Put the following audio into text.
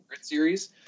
series